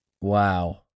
Wow